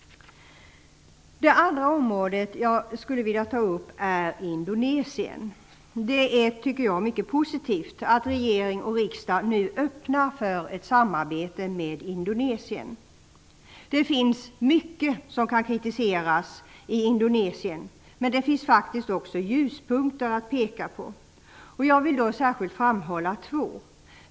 Det andra området som jag skulle vilja tala om är Indonesien. Jag tycker att det är mycket positivt att regering och riksdag nu öppnar för ett samarbete med Indonesien. Mycket kan kritiseras i Indonesien, men det finns faktiskt också ljuspunkter att peka på. Jag vill då särskilt framhålla två.